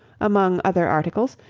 among other articles,